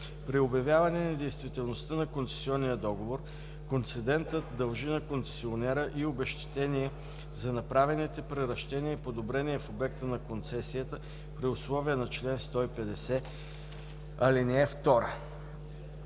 При обявяване недействителността на концесионния договор концедентът дължи на концесионера и обезщетение за направените приращения и подобрения в обекта на концесията при условията на чл. 150, ал. 2.“